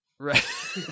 right